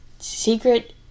secret